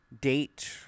date